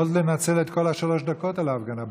יכולת לנצל את כל שלוש הדקות על ההפגנה בטמרה.